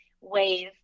ways